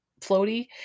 floaty